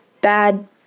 bad